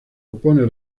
opone